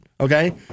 okay